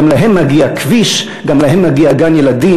גם להם מגיע כביש, גם להם מגיע גן-ילדים.